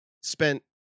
spent